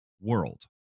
world